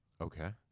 Okay